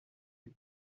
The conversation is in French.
les